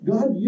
God